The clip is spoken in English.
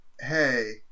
hey